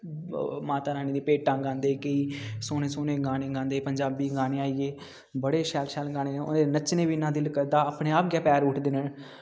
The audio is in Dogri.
माता रानी दियां भेटां गांदे केईं सोह्ने सोह्ने गाने गांदे पंजाबी गाने आई गे बड़े शैल शैल गाने होर नच्चने गी बी इ'न्ना दिल करदा अपने आप गै पैर उट्ठदे न